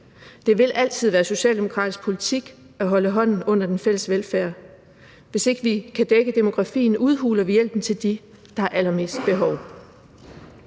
Det vil altid være socialdemokratisk politik at holde hånden under den fælles velfærd. Hvis ikke vi kan dække demografien, udhuler vi hjælpen til dem, der har allermest behov.